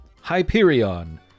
Hyperion